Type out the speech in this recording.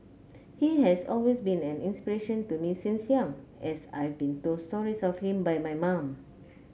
he has always been an inspiration to me since young as I've been told stories of him by my mum